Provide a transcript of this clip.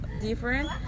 different